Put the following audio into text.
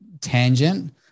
tangent